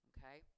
Okay